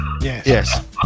Yes